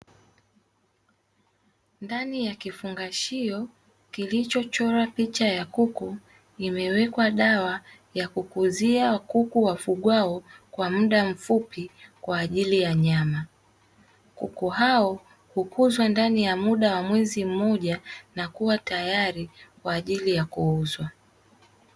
Ndani ya kifungashio kilicho chorwa picha ya kuku imewekwa dawa ya kukuzia kuku wafugwao kwa muda mfupi kwa ajili ya nyama. Kuku hao hukuzwa ndani ya mwezi mmoja na huwa tayari kwa ajili ya kuuzwa.